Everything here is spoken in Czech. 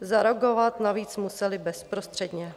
Zareagovat navíc musely bezprostředně.